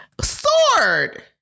sword